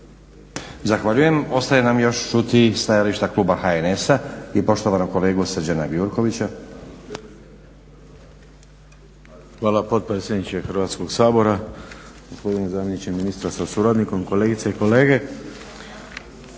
Zahvaljujem. Ostaje nam još čuti stajalište kluba HNS-a i poštovanog kolegu Srđana Gjurkovića. **Gjurković, Srđan (HNS)** Hvala potpredsjedniče Hrvatskog sabora, gospodine zamjeniče ministra sa suradnikom, kolegice i kolege.